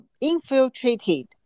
infiltrated